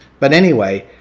but anyway,